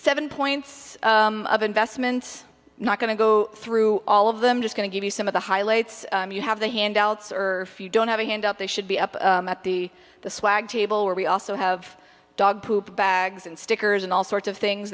seven points of investments not going to go through all of them just going to give you some of the highlights you have the handouts or you don't have a handout they should be up at the the swag table where we also have dog poop bags and stickers and all sorts of things